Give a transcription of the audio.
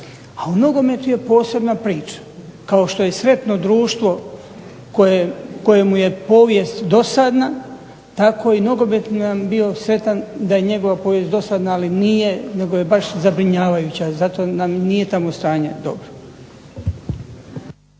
A u nogometu je posebna priča, kao što je sretno društvo kojemu je povijest dosadna tako i nogomet bi bio sretan da je njegova povijest dosadna ali nije nego je baš zabrinjavajuća. Zato nam i nije stanje tamo dobro.